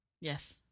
Yes